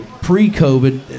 pre-COVID